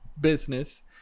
business